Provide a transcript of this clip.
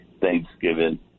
Thanksgiving